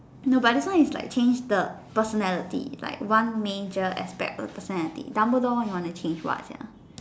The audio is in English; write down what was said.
no but this one is like change the personality like one major aspect of the personality Dumbledore what you want change what Sia